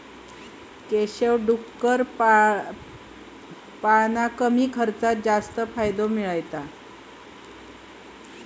केशव डुक्कर पाळान कमी खर्चात जास्त फायदो मिळयता